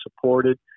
supported